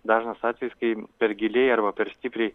dažnas atvejis kai per giliai arba per stipriai